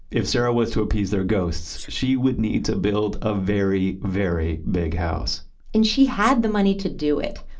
if sarah was to appease appease their ghosts, she would need to build a very, very big house and she had the money to do it.